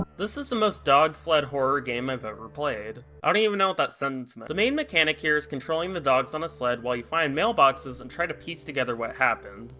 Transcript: this is the most dog sled horror game i've ever played. i don't even know what that sentence meant. the main mechanic here is controlling the dogs on a sled while you find mailboxes and try to piece together what happened.